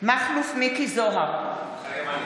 מכלוף מיקי זוהר, מתחייב אני